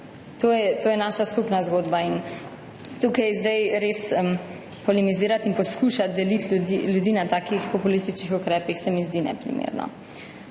to je naša skupna zgodba in tukaj zdaj polemizirati in poskušati deliti ljudi na takih populističnih ukrepih, se mi zdi neprimerno.